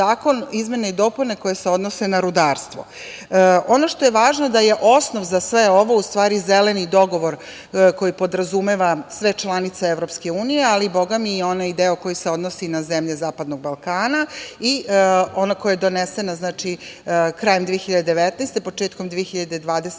i izmene i dopune koje se odnose na rudarstvo. Ono što je važno jeste da je osnov za sve ovo u stvari Zeleni dogovor koji podrazumeva sve članice EU, ali i onaj deo koji se odnosi na zemlje Zapadnog Balkana i koji je donesen krajem 2019, početkom 2020.